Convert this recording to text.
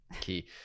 key